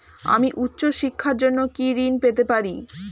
আমি উচ্চশিক্ষার জন্য কি ঋণ পেতে পারি?